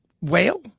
whale